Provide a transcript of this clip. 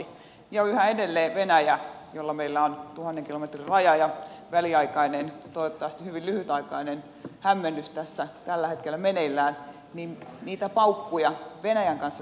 ja kun yhä edelleen venäjän kanssa meillä on tuhannen kilometrin raja ja väliaikainen toivottavasti hyvin lyhytaikainen hämmennys tällä hetkellä meneillään niin niitä paukkuja venäjän kanssa tehtävään kauppaan tarvitaan